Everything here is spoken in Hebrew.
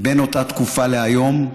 בין אותה תקופה להיום,